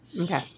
Okay